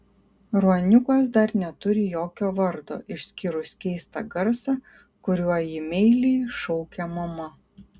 ruoniukas dar neturi jokio vardo išskyrus keistą garsą kuriuo jį meiliai šaukia mama